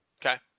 okay